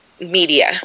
media